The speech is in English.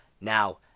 Now